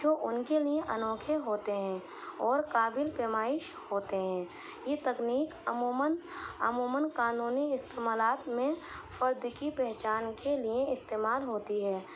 تو ان کے لیے انوکھے ہوتے ہیں اور قابل پیمائش ہوتے ہیں یہ تکنیک عموماً عموماً قانونی استعمالات میں فرد کی پہچان کے لیے استعمال ہوتی ہے